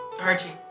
Archie